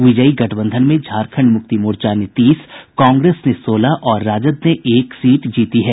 विजयी गठबंधन में झारखंड मुक्ति मोर्चा ने तीस कांग्रेस ने सोलहऔर राजद ने एक सीट जीती है